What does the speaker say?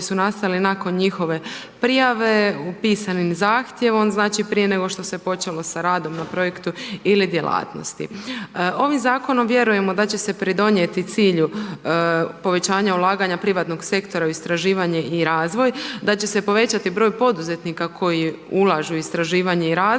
su nastali nakon njihove prijave u pisanom zahtjevu, prije nego što se počelo s radom na projektu ili djelatnosti. Ovim zakonom vjerujemo da će se pridonijeti cilju povećanja ulaganja privatnog sektora u istraživanje i razvoj, da će se povećati broj poduzetnika koji ulažu u istraživanje i razvoj